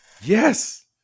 Yes